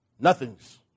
nothing's